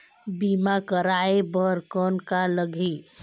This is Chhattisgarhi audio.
बीमा कराय बर कौन का लगही?